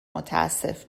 متاسف